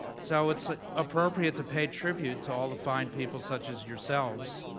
so, it's appropriate to pay tribute to all the fine people, such as yourselves,